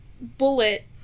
bullet